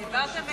העברתם לישיבות?